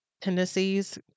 tendencies